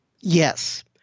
Yes